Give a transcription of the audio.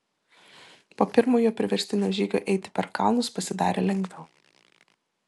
po pirmojo priverstinio žygio eiti per kalnus pasidarė lengviau